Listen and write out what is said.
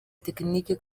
tekinike